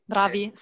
Bravi